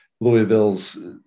Louisville's